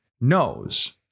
knows